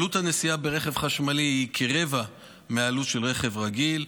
עלות הנסיעה ברכב חשמלי היא כרבע מהעלות ברכב רגיל,